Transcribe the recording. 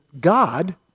God